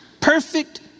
perfect